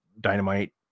Dynamite